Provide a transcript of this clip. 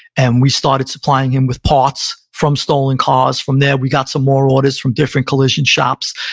and we started supplying him with parts from stolen cars. from there, we got some more orders from different collision shops.